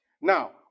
Now